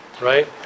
right